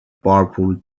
powerful